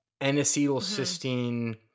N-acetylcysteine